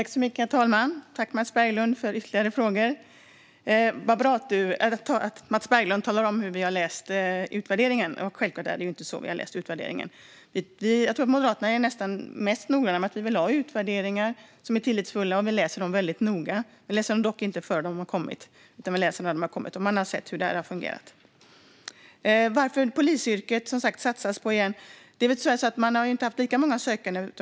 Herr talman! Tack, Mats Berglund, för ytterligare frågor. Vad bra att Mats Berglund talar om hur vi har läst utvärderingen. Självklart är det inte så vi har läst utvärderingen. Jag tror att vi i Moderaterna är nästan mest noggranna med att vi vill ha utvärderingar som är tillförlitliga, och vi läser dem väldigt noga. Vi läser dem dock inte innan de har kommit, utan vi när de har kommit och man har sett hur det har fungerat. Jag fick frågan om varför man satsar på polisyrket igen. Man har inte haft lika många sökande.